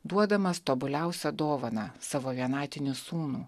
duodamas tobuliausią dovaną savo vienatinį sūnų